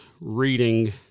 reading